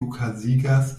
okazigas